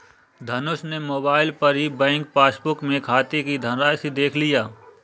धनुष ने मोबाइल पर ही बैंक पासबुक में खाते की धनराशि देख लिया